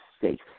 safe